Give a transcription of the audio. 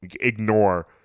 ignore